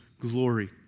glory